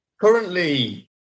Currently